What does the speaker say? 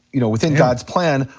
you know, within god's plan,